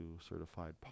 certified